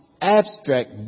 abstract